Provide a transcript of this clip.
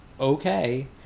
okay